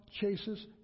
chases